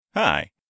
Hi